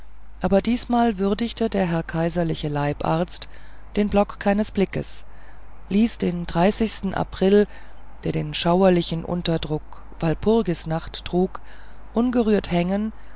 aber diesmal würdigte der herr kaiserliche leibarzt den block keines blickes ließ den april der den schauerlichen unterdruck walpurgisnacht trug unberührt hängen